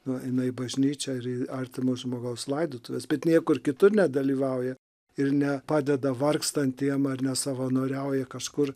nueina į bažnyčią ir į artimo žmogaus laidotuves bet niekur kitur nedalyvauja ir nepadeda vargstantiems ar nesavanoriauja kažkur